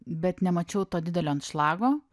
bet nemačiau to didelio anšlago